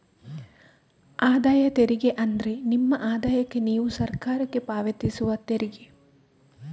ಆದಾಯ ತೆರಿಗೆ ಅಂದ್ರೆ ನಿಮ್ಮ ಆದಾಯಕ್ಕೆ ನೀವು ಸರಕಾರಕ್ಕೆ ಪಾವತಿಸುವ ತೆರಿಗೆ